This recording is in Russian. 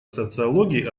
социологии